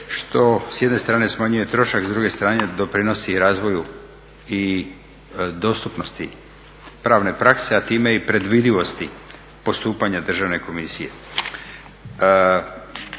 s jedne strane smanjuje trošak, s druge strane doprinosi razvoju i dostupnosti pravne prakse a time i predvidivosti postupanja Državne komisije.